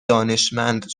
دانشمند